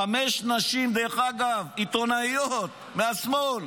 חמש נשים, אגב, עיתונאיות מהשמאל,